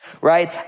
Right